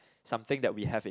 something that we have in